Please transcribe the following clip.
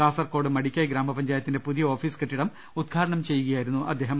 കാസർകോട് മടിക്കൈ ഗ്രാമപഞ്ചായത്തിന്റെ പുതിയ ഓഫീസ് കെട്ടിടം ഉദ്ഘാടനം ചെയ്യുകയായിരുന്നു അദ്ദേഹം